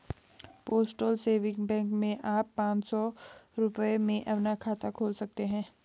postal saving bank में आप पांच सौ रूपये में अपना खाता खोल सकते हैं